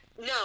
No